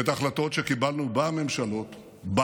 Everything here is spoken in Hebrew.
מדובר בהחלטות שקיבלנו בממשלה,